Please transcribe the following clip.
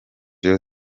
rayon